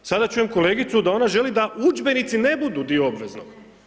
Sada čujem kolegicu da ona želi da udžbenici ne budu dio obveznog.